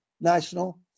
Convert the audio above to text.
National